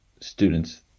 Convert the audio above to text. students